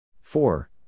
Four